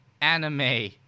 anime